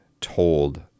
told